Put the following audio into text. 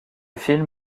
film